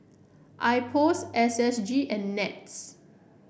IPOS S S G and NETS